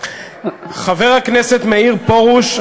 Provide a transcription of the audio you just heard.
חבר הכנסת מאיר פרוש,